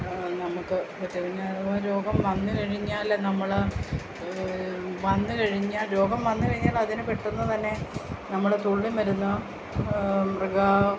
നമുക്ക് ഇനി അഥവാ രോഗം വന്നു കഴിഞ്ഞാൽ നമ്മൾ വന്നു കഴിഞ്ഞ രോഗം വന്നു കഴിഞ്ഞാലതിനു പെട്ടെന്ന് തന്നെ നമ്മൾ തുള്ളി മരുന്ന് മൃഗാ